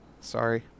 Sorry